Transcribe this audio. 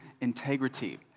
integrity